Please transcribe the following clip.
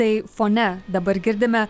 tai fone dabar girdime